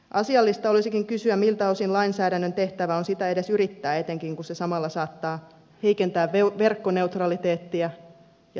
asiallista olisikin kysyä miltä osin lainsäädännön tehtävä on sitä edes yrittää etenkin kun se samalla saattaa heikentää verkkoneutraliteettia ja sananvapautta